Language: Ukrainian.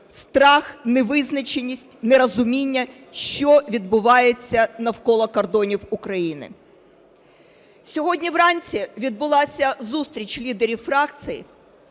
страх, невизначеність, нерозуміння, що відбувається навколо кордонів України. Сьогодні вранці відбулася зустріч лідерів фракцій